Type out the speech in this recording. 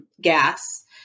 gas